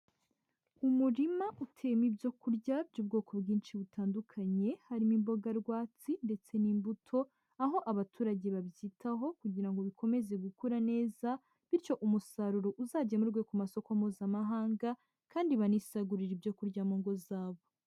Umurima uteyemo ibyo kurya by'ubwoko bwinshi butandukanye, harimo imboga rwatsi ndetse n'imbuto, aho abaturage babyitaho kugira ngo bikomeze gukura neza, bityo umusaruro uzagemurwe ku masoko mpuzamahanga kandi banisagurira ibyo kurya mu ngo zabo.